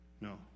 no